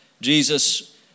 Jesus